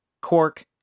cork